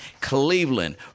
Cleveland